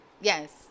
Yes